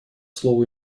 слово